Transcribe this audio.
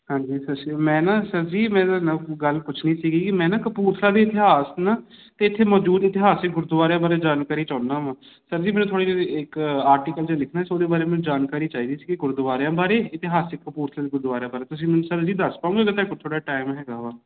ਹਾਂਜੀ ਸਤਿ ਸ਼੍ਰੀ ਅਕਾਲ ਮੈਂ ਨਾ ਸਰ ਜੀ ਮੇਰਾ ਨਾ ਕੋਈ ਗੱਲ ਪੁੱਛਣੀ ਸੀਗੀ ਕਿ ਮੈਂ ਨਾ ਕਪੂਰਥਲਾ ਦੇ ਇਤਿਹਾਸ ਨਾ ਅਤੇ ਇੱਥੇ ਮੌਜੂਦ ਇਤਿਹਾਸਿਕ ਗੁਰਦੁਆਰਿਆਂ ਬਾਰੇ ਜਾਣਕਾਰੀ ਚਾਹੁੰਦਾ ਹਾਂ ਸਰ ਜੀ ਮੈਨੂੰ ਥੋੜ੍ਹੀ ਇੱਕ ਆਰਟੀਕਲ 'ਚ ਲਿਖਣਾ ਸੀ ਉਹਦੇ ਬਾਰੇ ਮੈਨੂੰ ਜਾਣਕਾਰੀ ਚਾਹੀਦੀ ਸੀਗੀ ਗੁਰਦੁਆਰਿਆ ਬਾਰੇ ਇਤਿਹਾਸਿਕ ਕਪੂਰਥਲੇ ਦੇ ਗੁਰਦੁਆਰਿਆਂ ਬਾਰੇ ਤੁਸੀਂ ਮੈਨੂੰ ਸਰ ਜੀ ਦੱਸ ਪਾਓਂਗੇ ਅਗਰ ਤੁਹਾਡੇ ਕੋਲ ਥੋੜ੍ਹਾ ਟਾਈਮ ਹੈਗਾ ਵਾ